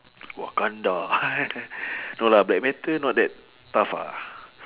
wakanda no lah black panther not that tough lah